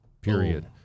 period